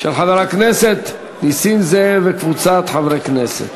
של חבר הכנסת נסים זאב וקבוצת חברי הכנסת.